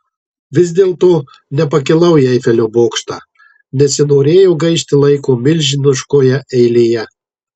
vis dėlto nepakilau į eifelio bokštą nesinorėjo gaišti laiko milžiniškoje eilėje